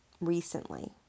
recently